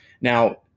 now